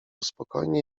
spokojnie